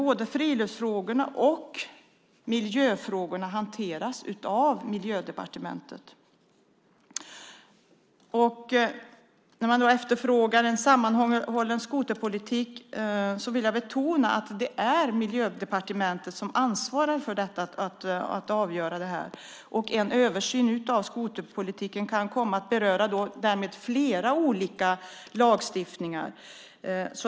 Både friluftsfrågorna och miljöfrågorna hanteras av Miljödepartementet. Det frågas efter en sammanhållen skoterpolitik. Jag vill betona att det är Miljödepartementet som ansvarar för den politiken. En översyn av skoterpolitiken kan därmed komma att beröra flera olika lagstiftningar.